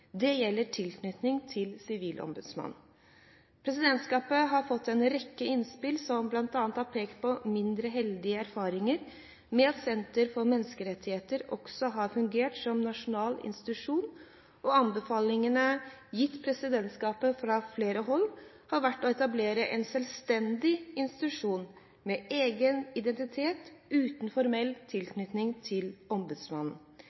Det gjelder tilknytningen til Sivilombudsmannen. Presidentskapet har fått en rekke innspill, som bl.a. har pekt på mindre heldige erfaringer med at Senter for menneskerettigheter også har fungert som nasjonal institusjon, og anbefalingene gitt presidentskapet fra flere hold har vært å etablere en selvstendig institusjon med egen identitet uten formell